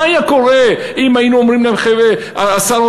מה היה קורה אם היינו אומרים: זהו,